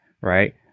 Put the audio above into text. right